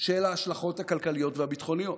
של ההשלכות הכלכליות והביטחוניות.